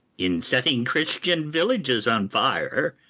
in setting christian villages on fire,